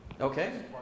Okay